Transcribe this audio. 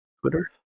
Twitter